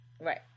Right